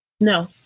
No